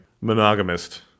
monogamist